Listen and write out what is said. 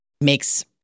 makes